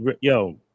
yo